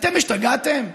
אתם השתגעתם?